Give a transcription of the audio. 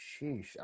sheesh